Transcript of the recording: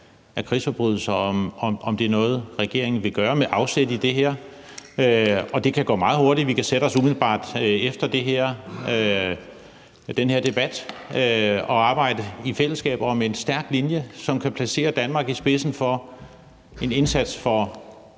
af krigsforbrydelser – om det er noget, regeringen vil gøre med afsæt i det her. Og det kan gå meget hurtigt. Vi kan sætte os ned umiddelbart efter den her debat og arbejde i fællesskab om en stærk linje, som kan placere Danmark i spidsen for en indsats for